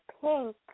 pink